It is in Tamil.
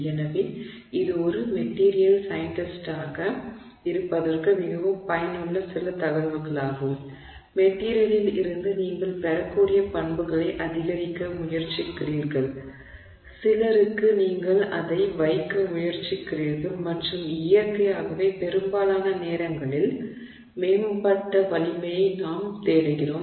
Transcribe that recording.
எனவே இது ஒரு மெட்டிரியல் சயின்டிஸ்ட்டாக இருப்பதற்கு மிகவும் பயனுள்ள சில தகவல்களாகும் மெட்டிரியலில் இருந்து நீங்கள் பெறக்கூடிய பண்புகளை அதிகரிக்க முயற்சிக்கிறீர்கள் சிலருக்கு நீங்கள் அதை வைக்க முயற்சிக்கிறீர்கள் மற்றும் இயற்கையாகவே பெரும்பாலான நேரங்களில் மேம்பட்ட வலிமையை நாம் தேடுகிறோம்